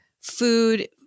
food